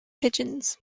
pigeons